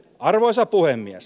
arvoisa puhemies